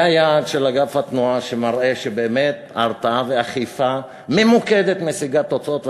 היה יעד של אגף התנועה שמראה שבאמת הרתעה ואכיפה ממוקדת משיגות תוצאות,